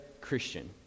Christian